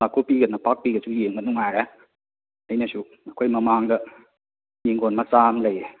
ꯅꯥꯛꯀꯨꯞꯄꯤꯒ ꯅꯄꯥꯛꯄꯤꯒꯁꯨ ꯌꯦꯡꯕ ꯅꯨꯡꯉꯥꯏꯔꯦ ꯑꯩꯅꯁꯨ ꯑꯩꯈꯣꯏ ꯃꯃꯥꯡꯗ ꯌꯦꯡꯒꯣꯟ ꯃꯆꯥ ꯑꯃ ꯂꯩꯌꯦ